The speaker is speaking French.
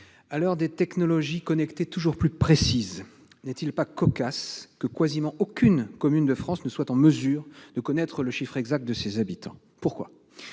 À l'heure des technologies connectées toujours plus précises, n'est-il pas cocasse que quasiment aucune commune de France ne soit en mesure de connaître le chiffre exact de ses habitants ? Pourquoi ?